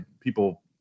people